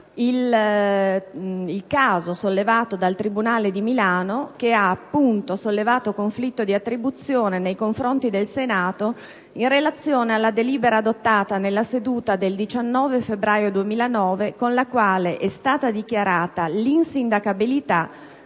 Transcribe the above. il caso sollevato dal tribunale di Milano, che ha appunto sollevato conflitto di attribuzione nei confronti del Senato in relazione alla delibera adottata nella seduta del 19 febbraio 2009 con la quale è stata dichiarata l'insindacabilità